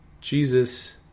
Jesus